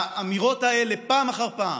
האמירות האלה, פעם אחר פעם,